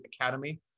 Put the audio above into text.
Academy